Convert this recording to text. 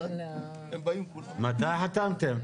מתי חתמתם?